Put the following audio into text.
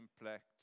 impact